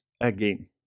again